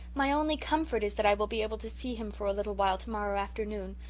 my only comfort is that i will be able to see him for a little while tomorrow afternoon.